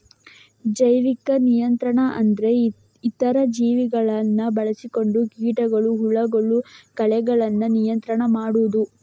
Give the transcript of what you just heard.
ಜೈವಿಕ ನಿಯಂತ್ರಣ ಅಂದ್ರೆ ಇತರ ಜೀವಿಗಳನ್ನ ಬಳಸಿಕೊಂಡು ಕೀಟಗಳು, ಹುಳಗಳು, ಕಳೆಗಳನ್ನ ನಿಯಂತ್ರಣ ಮಾಡುದು